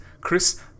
Chris